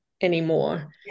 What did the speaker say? anymore